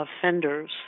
offenders